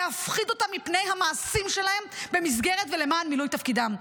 להפחיד אותם מפני המעשים שלהם במסגרת ולמען מילוי תפקידם.